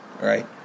Right